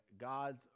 God's